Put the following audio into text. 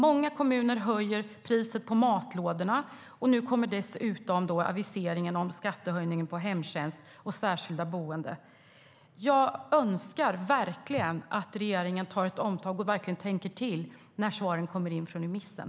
Många kommuner höjer priset på matlådorna, och nu kommer dessutom aviseringen om skattehöjningen på hemtjänst och särskilt boende. Jag önskar att regeringen gör ett omtag och verkligen tänker till när svaren kommer in från remissen.